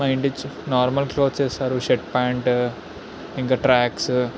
మా ఇంటి చు నార్మల్ క్లాత్స్ వేస్తారు షర్ట్ ప్యాంటు ఇంకా ట్రాక్సు